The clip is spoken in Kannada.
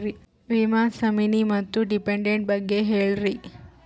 ವಿಮಾ ನಾಮಿನಿ ಮತ್ತು ಡಿಪೆಂಡಂಟ ಬಗ್ಗೆ ಹೇಳರಿ?